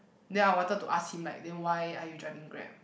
then I wanted to ask him like then why are you driving Grab